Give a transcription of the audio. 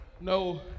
No